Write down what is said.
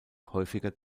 häufiger